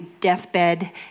deathbed